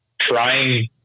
trying